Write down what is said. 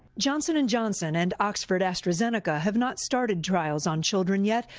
johnson and johnson and oxford astrazeneca have not started trials on children yet.